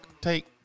Take